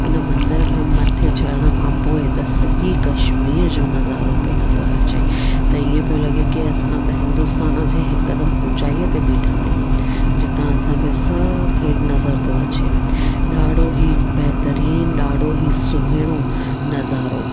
उन मंदर खां मथे चढ़ण खां पोइ त सॼी कश्मीर जो नज़ारो पियो नज़रु अचे त ईअं पियो लॻे की असां त हिंदुस्तान जे हिकदमि ऊचाईअ ते बीठा आहियूं जिता असांखे सभु हेठि नज़र थो अचे ॾाढो ई बहितरीनु ॾाढो ई सुहिणो नज़ारो